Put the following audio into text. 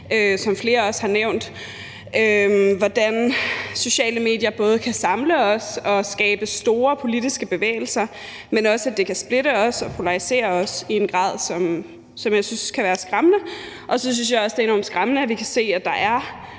har nævnt – i forhold til hvordan sociale medier både kan samle os og skabe store politiske bevægelser, men også kan splitte os og polarisere os i en grad, som jeg synes kan være skræmmende. Jeg synes også, at det er enormt skræmmende, at vi kan se, at der er